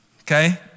okay